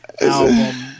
album